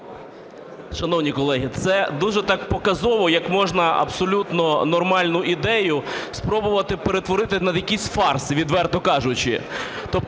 Шановні колеги, це дуже так показово, як можна абсолютно нормальну ідею спробувати перетворити на якийсь фарс, відверто кажучи.